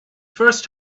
first